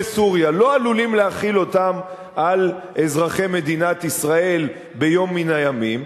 סוריה ולא עלולים להחיל אותם על אזרחי מדינת ישראל ביום מן הימים,